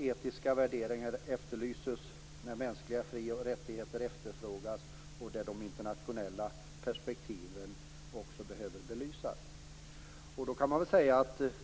Etiska värderingar efterlyses, och mänskliga fri och rättigheter efterfrågas. Vidare behöver de internationella perspektiven belysas.